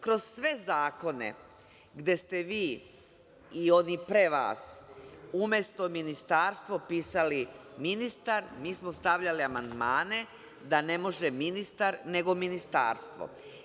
Kroz sve zakone gde ste vi i oni pre vas, umesto: „ministarstvo“ pisali: „ministar“, mi smo stavljali amandmane da ne može: „ministar“ nego: „ministarstvo“